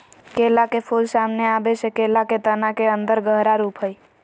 केला के फूल, सामने आबे से केला के तना के अन्दर गहरा रूप हइ